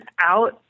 out